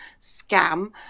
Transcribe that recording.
scam